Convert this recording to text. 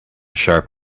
sharp